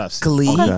Glee